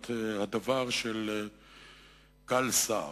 להיות הדוור של גל סער,